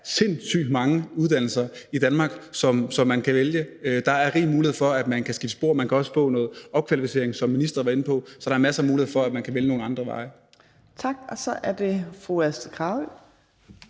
sindssygt mange uddannelser i Danmark, som man kan vælge. Der er rig mulighed for at skifte spor. Man kan også få noget opkvalificering, hvad ministeren har været inde på, så der er masser af muligheder for, at man kan vælge nogle andre veje. Kl. 12:21 Fjerde næstformand